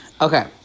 okay